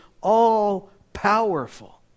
all-powerful